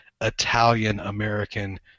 Italian-American